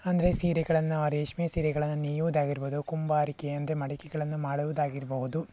ಅಂದರೆ ಸೀರೆಗಳನ್ನು ರೇಷ್ಮೆ ಸೀರೆಗಳನ್ನು ನೇಯ್ಯುದಾಗಿರ್ಬೋದು ಕುಂಬಾರಿಕೆ ಅಂದರೆ ಮಡಿಕೆಗಳನ್ನು ಮಾಡುವುದಾಗಿರ್ಬಹುದು